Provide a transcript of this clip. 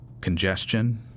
congestion